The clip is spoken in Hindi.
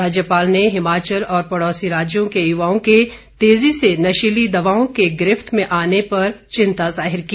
राज्यपाल ने हिमाचल और पड़ोसी राज्यों के युवाओं के तेजी से नशीली दवाओं के गिरफ्त मे आने पर चिंता जाहिर की